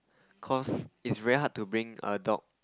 cause it's very hard to bring a dog